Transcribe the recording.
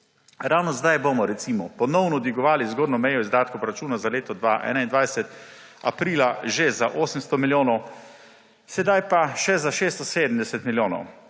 Ravno zdaj bomo recimo ponovno dvigovali zgornjo mejo izdatkov proračuna za leto 2021, aprila že za 800 milijonov, sedaj pa še za 670 milijonov.